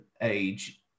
age